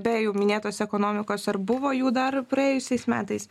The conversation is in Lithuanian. be jau minėtos ekonomikos ar buvo jų dar praėjusiais metais